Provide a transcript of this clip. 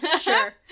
Sure